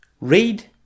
Read